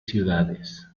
ciudades